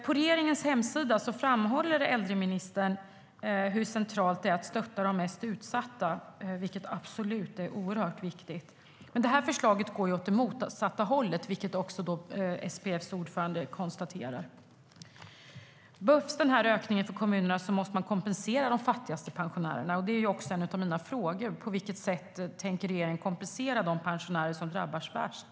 På regeringens hemsida framhåller äldreministern hur centralt det är att stötta de mest utsatta, vilket absolut är oerhört viktigt. Men förslaget går åt det motsatta hållet, vilket också SPF:s ordförande konstaterar. Om ökningen behövs för kommunerna måste de fattigaste pensionärerna kompenseras. Det är också en av mina frågor: På vilket sätt tänker regeringen kompensera de pensionärer som drabbas värst?